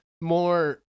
more